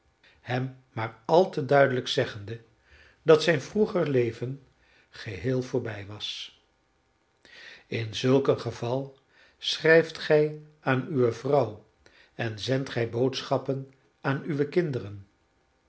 hem maar al te duidelijk zeggende dat zijn vroeger leven geheel voorbij was in zulk een geval schrijft gij aan uwe vrouw en zendt gij boodschappen aan uwe kinderen